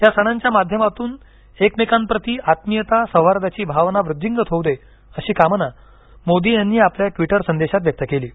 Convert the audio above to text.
या सणांच्या माध्यमातून एकमेकांप्रती आत्मीयता सौहार्दाची भावना वृद्धींगत होऊदे अशी कामना मोदी यांनी आपल्या ट्वीटर संदेशात व्यक्त केली आहे